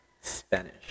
Spanish